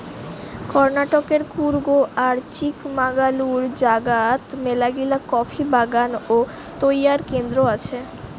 কর্ণাটকের কূর্গ আর চিকমাগালুরু জাগাত মেলাগিলা কফি বাগান ও তৈয়ার কেন্দ্র আছে